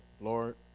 lord